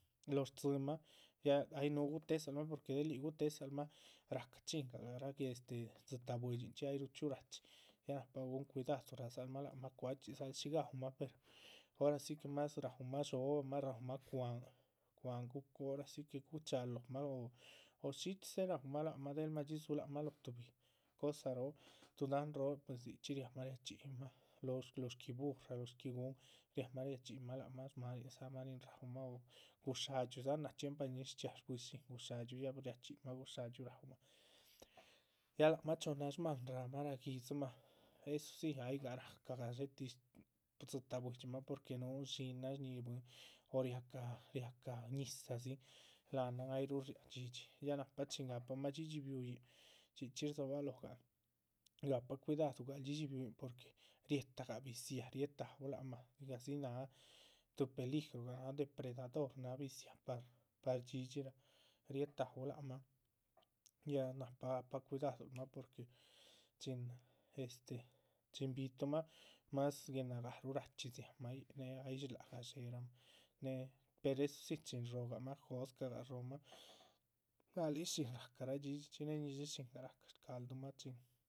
Lóho stzímah ya ay núhu gutéhedzalmah porque del yíc gutéhedzalmah, ra´ca chingah garáh este dzitáh buidxinchxi ay ruhu ra´chin ya nahpa gúhun cuidaduluhun. astáh lác mah cuáchxiluuh shí gaúmah per ora si que más raúmah dhxóbah más raúmah cwa´han, cwa´han ora si que, gucháhal lóhomah o shíchxidza raúmah lac mah. del madxí dzúhulac mah lóho tuhbi cosa roo tuh dahán roo pues richxí riámah riachxíyimah, lóho shquíhi burra, lóho shquíhi gun riámah riachxíyimah lac mah. shmáanindzamah nin raúmah o guxáadxyuudza náha chxiempa ñiz chxiaa shbuihi shín guxáadxyuu ya riachxíyimah guxáadxyuu raúmah, ya lác mah chohnna shmáhan rác mah. ráha guidzimah eso si aygah ráhaca garátih dzitáh buidximah porque núhu dxíhinmah shíhi bwín o riáhacah riáhacah ñizah dzín, láhanan ayruhu riáha dhxídhxi. ya nahpa chin gahpamah dhxídhxi bihuyin chxí chxí rdzóbaloho gapal cuidadu gua´cl dhxídhxi bihuyin porque rieta gah biziáha riatáuh lac mah, dzigah dzi náha. tuh peligrogah náha depredador náha biziáha par par dhxídhxiraa riétauh lac mah, yá nahpa gahpa cuidadul mah porque chin este, chin bituhmah más guenagáh. rachxí dziáhanmah yíc, néhe ay shlahá gadxéramah néhe, pero eso sí chin róhoramah jóscahgah shróhomah náhalic shín ráhcara dhxídhxichxi néhe ñíshi shín rahca. shcaldurahmah chin